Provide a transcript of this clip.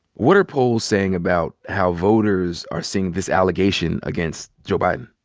what are polls saying about how voters are seeing this allegation against joe biden?